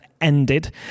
ended